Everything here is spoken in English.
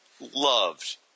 Loved